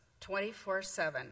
24-7